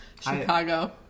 chicago